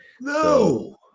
No